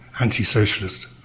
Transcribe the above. anti-socialist